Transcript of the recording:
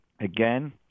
again